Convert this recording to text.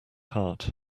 heart